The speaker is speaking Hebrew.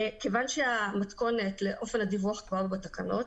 כיוון שהמתכונת לאופן הדיווח כבר בתקנות,